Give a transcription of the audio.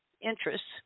interests